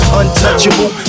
untouchable